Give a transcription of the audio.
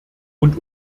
und